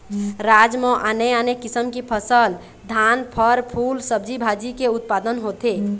राज म आने आने किसम की फसल, धान, फर, फूल, सब्जी भाजी के उत्पादन होथे